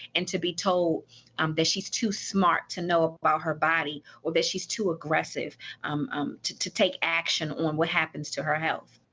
and to be told um that she's too smart to know about her body, or that she's too aggressive um um to to take action on what happens to her health.